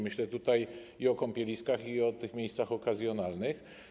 Myślę tutaj i o kąpieliskach, i o miejscach okazjonalnych.